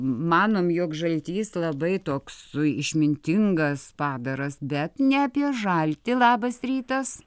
manom jog žaltys labai toks išmintingas padaras bet ne apie žaltį labas rytas